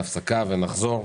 הישיבה ננעלה